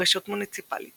רשות מוניציפלית